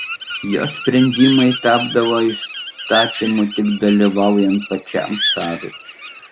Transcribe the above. jo sprendimai tapdavo įstatymu tik dalyvaujant pačiam carui